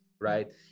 right